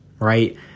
right